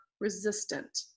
resistant